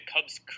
Cubs